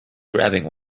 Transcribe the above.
grabbing